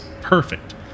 perfect